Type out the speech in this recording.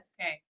Okay